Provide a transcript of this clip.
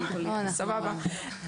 סבבה.